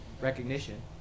recognition